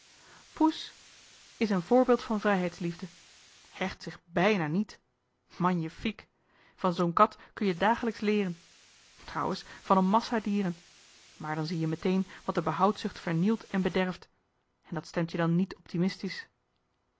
poes is een voorbeeld van vrijheidsliefde hecht zich bijna niet magnifiek van zoo'n kat kun je dagelijks leeren trouwens van een massa dieren maar dan zie je meteen wat de behoudzucht vernielt en bederft en dat stemt je dan niet optimistisch